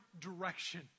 direction